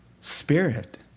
spirit